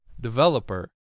developer